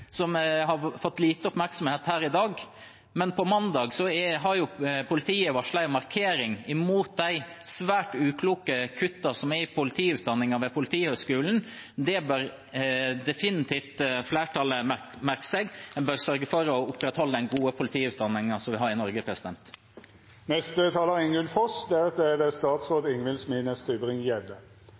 som har fått lite oppmerksomhet her i dag: På mandag har politiet varslet en markering mot de svært ukloke kuttene i politiutdanningen ved Politihøgskolen. Det bør definitivt flertallet merke seg. En bør sørge for å opprettholde den gode politiutdanningen vi har i Norge. Representanten Ingunn Foss